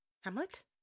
Hamlet